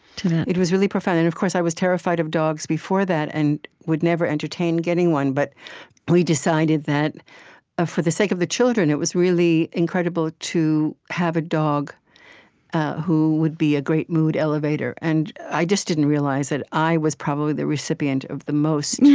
to that it was really profound. and of course, i was terrified of dogs before that and would never entertain getting one, but we decided that for the sake of the children, it was really incredible to have a dog who would be a great mood elevator. and i just didn't realize that i was probably the recipient of the most